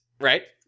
right